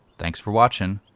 thanks for watching.